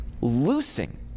loosing